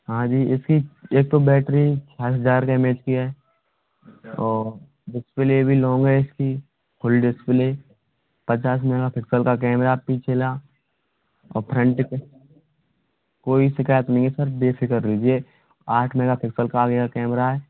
हाँ जी इसकी एक तो बैटरी फाइव हज़ार एम एच की है और डिसप्ले भी लोंग है इसकी फुल डिस्प्ले पचास मेगा पिक्सल का कैमरा पिछला और फ्रंट का कोई शिकायत नहीं है सर बेफ़िक्र लीजिए आठ मेगापिक्सल का आगे का कैमरा है